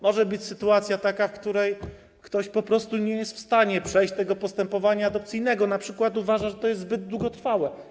Może być taka sytuacja, w której ktoś po prostu nie jest w stanie przejść tego postępowania adopcyjnego, np. uważa, że jest zbyt długotrwałe.